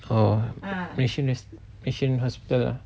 oh malaysian malaysia hospital lah